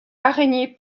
araignées